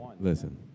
listen